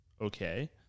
okay